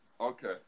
Okay